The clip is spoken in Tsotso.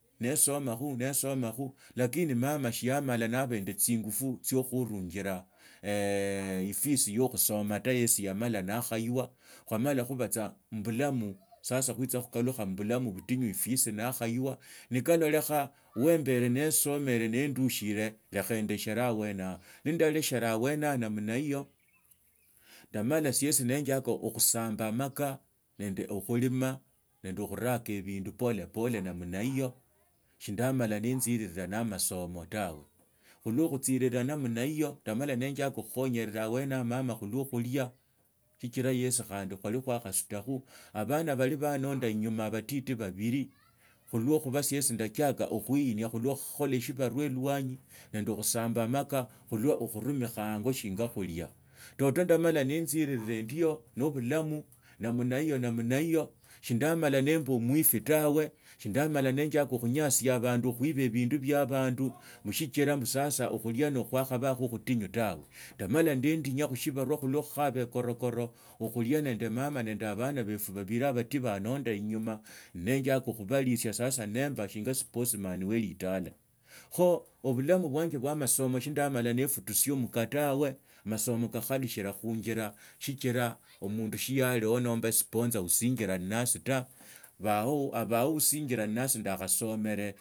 Nasamakhu neesomakhu lakini mama shiamala naba nandi tsingufu tsiokhurungila efisi yo khusoma la yesi yamala nakhaiwa khwamala khoba tsa mubulamu sasa khuitsa khukalukha mubulamu bstingu ensi ngakhaywa nekalolekha wa mbwera neesamere naandushire lakha ndeshere obwene hao iwa ndoleshera obwene yabo namna hiyo ndamala eshiesi ninjiaka okhusamba amakaa nende okhulima nende okhuraka ebindu polepole namna hiyo shindaamala ninzirira na amasomo tawe khulwa khutsiriraa namna hiyo ndamala ninjiaka khukhanyera obwene yaba mama khulwa khulia sichira gesi khandi khwali khwakha sutakha abana balii banyondaa inyuma abatiti babili khulwa siesi ndatsiaka okhuenia khulwa khukhula eshibarua elwanyi nende okhusamba amakaa khurwa okhurumikha onyo shina khulia tato ndamala ninziraa endio nobulamu namna hiyo namna hiyo shindamala nambaa omwifi tawe shindamala nenjiaka khunyasia abandu khuiba ebindu bila abandu sichira mbu sasa okhulia nokhwakhabakha okhutingu tawe ndamala nindeendinya khushibarua khulwa khukhaba ekorokoro okhulia nende mama nande abana befu babili batii baanonda inyuma nenjiaka khubalishia sasa nimba shinga spokesman we litaala kho obulamu bwanje bwa amasomo shindamala niifutushia mka tawe masomo kakhalushila khuunjita sichira omundu shialoha nomba sponsor wa osinjila nasi ta abahu osinjire nnasa ndakhasomere.